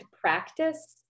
practice